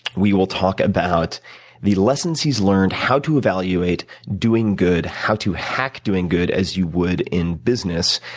we will talk about the lessons he's learned, how to evaluate doing good, how to hack doing good, as you would in business.